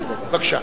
בבקשה.